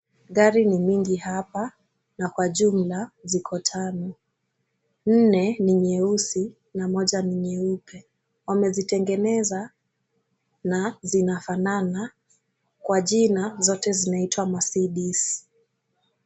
Gari ni mingi hapa na kwa jumla ziko tano, nne ni nyeusi na moja ni nyeupe. Wamezitengeneza na zinafanana, kwa jina zote zinaitwa Mercedes.